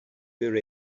where